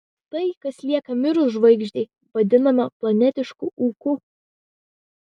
tai kas lieka mirus žvaigždei vadinama planetišku ūku